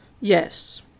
Yes